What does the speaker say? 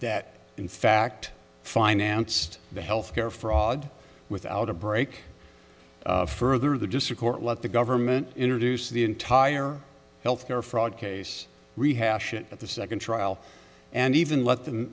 that in fact financed the health care fraud without a break further the district court let the government introduce the entire health care fraud case rehash it at the second trial and even let them